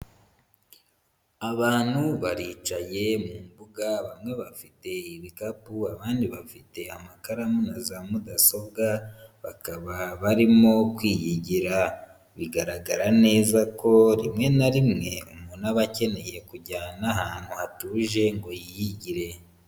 Abantu baricaye mu mbuga bamwe bafite ibikapu abandi bafite amakaramu na za mudasobwa bakaba barimo kwiyigira, bigaragara neza ko rimwe na rimwe umuntu aba akeneye kujya n'ahantu hatuje ngo yiyigire.